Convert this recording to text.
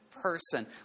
person